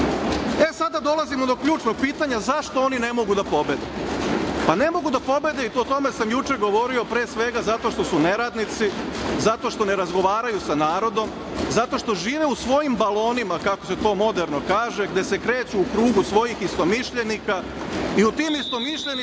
sada dolazimo do ključnog pitanja - zašto oni ne mogu da pobede? Ne mogu da pobede i o tome sam juče govorio pre svega zato što su neradnici, zato što ne razgovaraju sa narodom, zato što žive u svojim balonima, kako se to moderno kaže, gde se kreću u krugu svojih istomišljenika i sa tim istomišljenicima